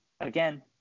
again